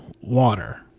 water